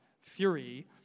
fury